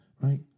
right